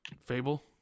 Fable